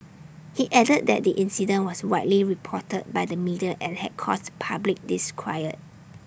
he added that the incident was widely reported by the media and had caused public disquiet